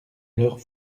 leurs